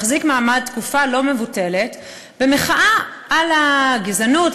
שהחזיק מעמד תקופה לא מבוטלת במחאה על הגזענות,